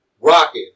Rocket